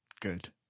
Good